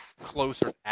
closer